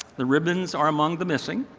the ribbons are among the missing